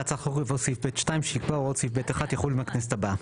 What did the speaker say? להצעת החוק יבוא סעיף (ב2) שיקבע 'הוראות סעיף (ב1) יחולו מהכנסת הבאה'.